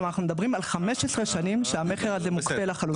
כלומר אנחנו מדברים על 15 שנים שהמכר הזה מוקפא לחלוטין.